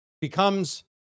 becomes